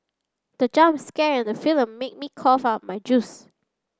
the jump scare in the film made me cough out my juice